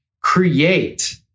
create